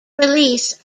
release